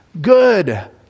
Good